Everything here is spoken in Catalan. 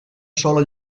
sola